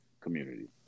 community